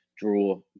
draw